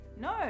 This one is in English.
No